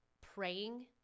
praying